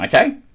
okay